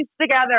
together